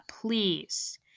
Please